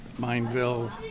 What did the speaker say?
Mineville